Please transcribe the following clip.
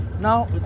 now